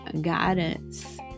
guidance